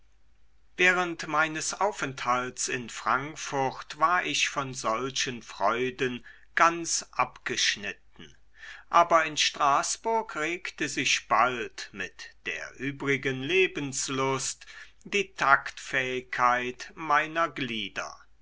während meines aufenthalts in frankfurt war ich von solchen freuden ganz abgeschnitten aber in straßburg regte sich bald mit der übrigen lebenslust die taktfähigkeit meiner glieder